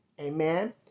Amen